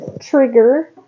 trigger